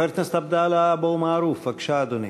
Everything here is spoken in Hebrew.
חבר הכנסת עבדאללה אבו מערוף, בבקשה, אדוני.